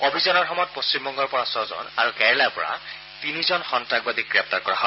অভিযানৰ সময়ত পশ্চিম বংগৰ পৰা ছজন আৰু কেৰালাৰ পৰা তিনিজন সন্তাসবাদী গ্ৰেপ্তাৰ কৰা হয়